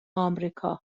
آمریکا